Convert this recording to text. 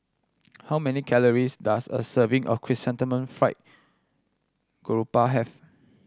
how many calories does a serving of Chrysanthemum Fried Garoupa have